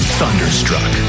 thunderstruck